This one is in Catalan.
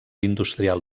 industrial